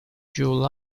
july